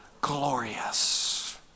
glorious